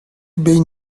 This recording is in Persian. بین